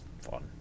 fun